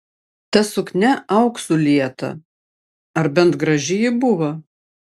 ta suknia auksu lieta ar bent graži ji buvo